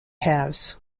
halves